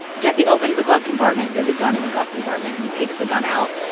jesse opens the glove compartment there's a gun in the glove compartment. he takes the gun out.